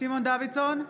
סימון דוידסון,